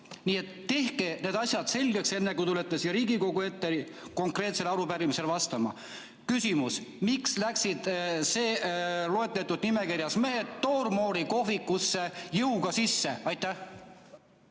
Nii et tehke need asjad selgeks, enne kui te tulete siia Riigikogu ette konkreetsele arupärimisele vastama. Küsimus: miks läksid nimekirjas loetletud mehed Toormoori kohvikusse jõuga sisse? Aitäh,